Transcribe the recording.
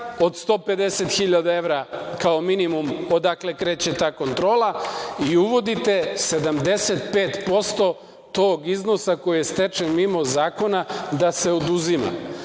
od 150.000 evra, kao minimum odakle kreće ta kontrola i uvodite 75% tog iznosa koji je stečen mimo zakona da se oduzima.